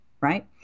right